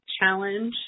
challenge